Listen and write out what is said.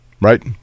right